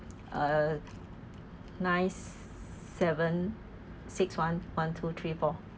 uh nine seven six one one two three four